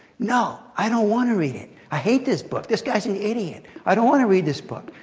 no, i don't want to read it. i hate this book. this guy's an idiot. i don't want to read this book.